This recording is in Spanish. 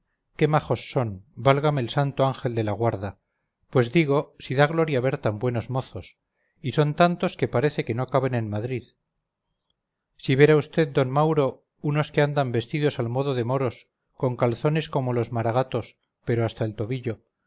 qué majos son válgame el santo ángel de la guarda pues digo si da gloria ver tan buenos mozos y son tantos que parece que no caben en madrid si viera vd d mauro unos que andan vestidos al modo de moros con calzones como los maragatos pero hasta el tobillo